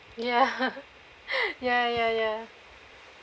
ya ya ya ya